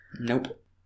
Nope